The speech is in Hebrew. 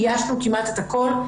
איישנו כמעט את הכל,